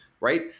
right